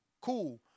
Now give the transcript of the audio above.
Cool